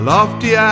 Lofty